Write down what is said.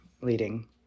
leading